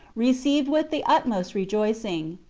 received with the utmost rejoicing.